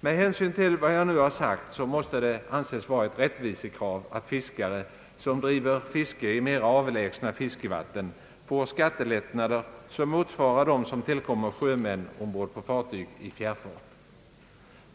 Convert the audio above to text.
Med hänsyn till vad jag nu har sagt måste det anses vara ett rättvisekrav att fiskare, som driver fiske i mera av lägsna fiskevatten, får skattelättnader motsvarande dem som tillkommer sjömän ombord på fartyg i fjärrfart.